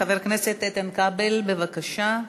חבר הכנסת איתן כבל, בבקשה.